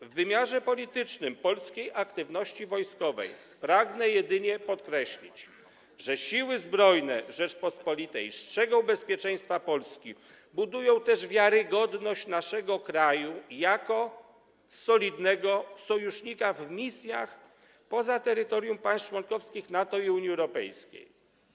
W wymiarze politycznym polskiej aktywności wojskowej pragnę jedynie podkreślić, że Siły Zbrojne Rzeczypospolitej strzegą bezpieczeństwa Polski, budują też wiarygodność naszego kraju jako solidnego sojusznika w misjach poza terytorium państw członkowskich NATO i Unii Europejskiej.